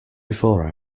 before